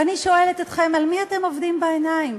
ואני שואלת אתכם: על מי אתם עובדים בעיניים?